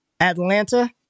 Atlanta